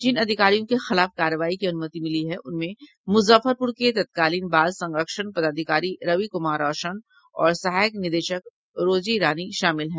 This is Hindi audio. जिन अधिकारियों के खिलाफ कार्रवाई की अनुमति मिली है उनमें मूजफ्फरपूर के तत्कालीन बाल संरक्षण पदाधिकारी रवि कुमार रौशन और सहायक निदेशक रोजी रानी शामिल हैं